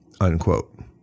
Unquote